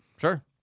Sure